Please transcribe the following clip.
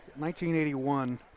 1981